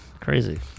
Crazy